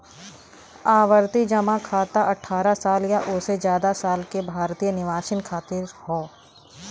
आवर्ती जमा खाता अठ्ठारह साल या ओसे जादा साल के भारतीय निवासियन खातिर हौ